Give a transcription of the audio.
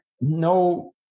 no